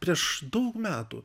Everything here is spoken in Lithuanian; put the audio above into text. prieš daug metų